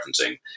referencing